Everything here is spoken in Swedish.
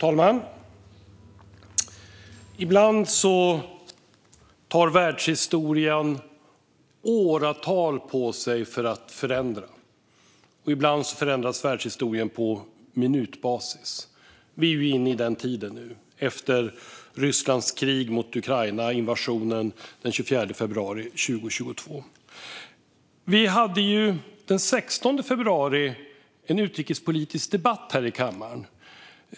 Fru talman! Ibland tar världshistorien åratal på sig att förändras. Ibland förändras världshistorien varje minut. Vi är nu i en sådan tid i och med Rysslands invasion den 24 februari 2022 och krig mot Ukraina. Den 16 februari hade vi en utrikespolitisk debatt här i kammaren.